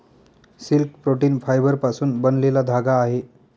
silk protein फायबरपासून बनलेला धागा आहे